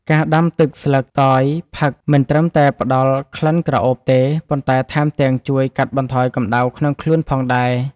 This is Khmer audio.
ការដាំទឹកស្លឹកតយផឹក មិនត្រឹមតែផ្តល់ក្លិនក្រអូបទេ ប៉ុន្តែថែមទាំងជួយកាត់បន្ថយកម្តៅក្នុងខ្លួនផងដែរ។